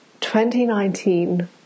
2019